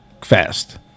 fast